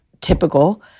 typical